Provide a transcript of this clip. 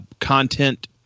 content